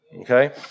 Okay